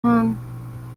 fahren